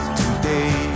today